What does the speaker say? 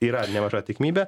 yra nemaža tikimybė